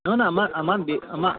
নহয় নহয় আমাৰ আমাক আমাৰ